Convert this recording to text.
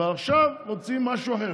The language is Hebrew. אבל עכשיו רוצים משהו אחר,